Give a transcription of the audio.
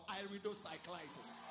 iridocyclitis